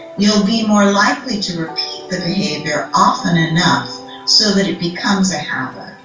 you'll be more likely to repeat the behavior often enough so that it becomes a habit.